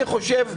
אני חושב,